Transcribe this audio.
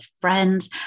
friend